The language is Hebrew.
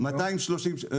140 שקל